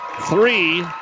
three